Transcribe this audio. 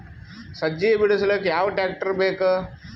ಸಜ್ಜಿ ಬಿಡಿಸಿಲಕ ಯಾವ ಟ್ರಾಕ್ಟರ್ ಬೇಕ?